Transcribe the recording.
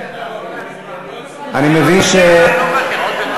אני מבין, לא מוותר.